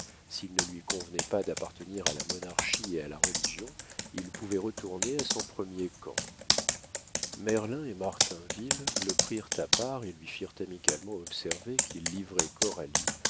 s'il ne lui convenait pas d'appartenir à la monarchie et à la religion il pouvait retourner à son premier camp merlin et martinville le prirent à part et lui firent amicalement observer qu'il livrait